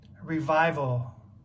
revival